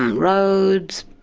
roads.